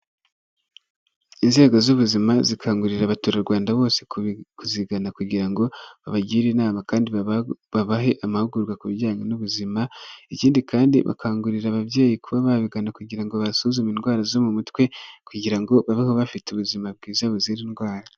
Inzego z'ubuzima zikangurira abaturarwanda bose kuzigana kugira ngo, babagire inama kandi babahe amahugurwa ku bijyanye n'ubuzima, ikindi kandi bakangurira ababyeyi kuba babigana kugira ngo babasuzume indwara zo mu mutwe, kugira ngo babeho bafite ubuzima bwiza buzira indwara.